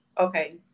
okay